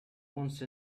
once